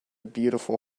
beautiful